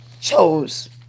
chose